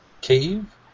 cave